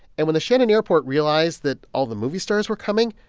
and when the shannon airport realised that all the movie stars were coming,